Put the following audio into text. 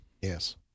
Yes